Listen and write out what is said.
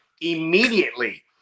immediately